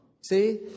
See